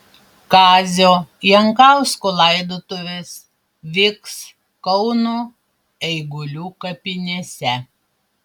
kazio jankausko laidotuvės vyks kauno eigulių kapinėse